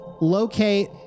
locate